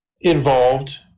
involved